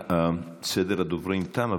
סדר הדוברים תם,